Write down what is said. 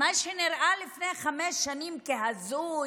אלא שמה שנראה לפני חמש שנים כהזוי,